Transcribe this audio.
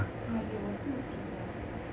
买给我自己的